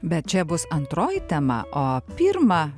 bet čia bus antroji tema o pirmą